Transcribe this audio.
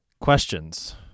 Questions